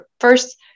First